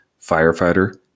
firefighter